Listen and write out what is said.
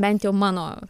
bent jau mano